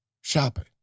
shopping